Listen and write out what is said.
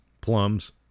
plums